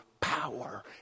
power